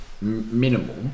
minimal